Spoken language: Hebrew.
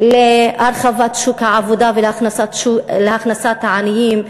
להרחבת שוק העבודה ולהכנסת העניים,